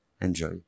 Enjoy